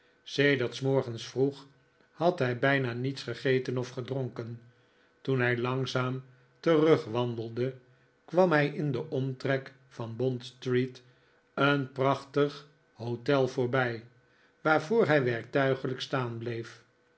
sedert s morgens vroeg had hij bijna niets gegeten of gedronken toen hij langzaam terugwandelde kwam hij in den omtrek van bond-street een prachtig hotel voorbij waarvoor hij werktuiglijk staan bleef